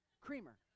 creamer